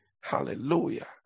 Hallelujah